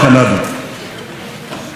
ויום אחד הוא אמר לעצמו: